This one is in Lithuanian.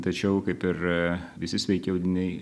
tačiau kaip ir visi sveiki audiniai